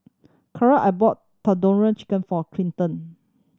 Kaaren I bought Tandoori Chicken for Clinton